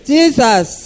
Jesus